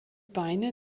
beine